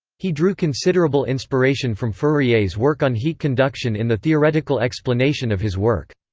he drew considerable inspiration from fourier's work on heat conduction in the theoretical explanation of his work.